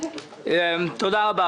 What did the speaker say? תודה רבה.